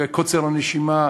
וקוצר הנשימה,